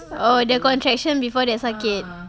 oh the contraction before dia sakit